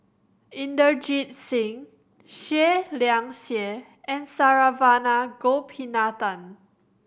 Inderjit Singh Seah Liang Seah and Saravanan Gopinathan